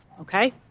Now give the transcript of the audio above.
okay